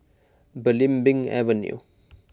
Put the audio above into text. Belimbing Avenue